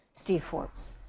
steve forbes.